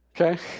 Okay